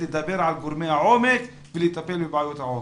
לדבר על גורמי העומק ולטפל בבעיות העומק.